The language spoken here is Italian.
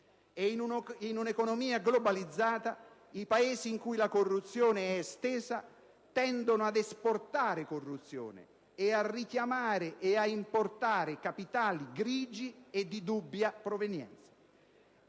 In una economia globalizzata, i Paesi in cui la corruzione è estesa tendono ad esportare corruzione e a richiamare e ad importare capitali grigi e di dubbia provenienza.